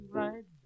right